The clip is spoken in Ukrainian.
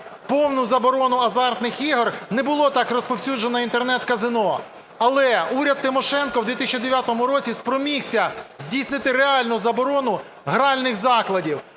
повну заборону азартних ігор, не було так розповсюджено Інтернет-казино, але уряд Тимошенко у 2009 році спромігся здійснити реальну заборону гральних закладів.